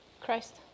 Christ